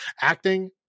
Acting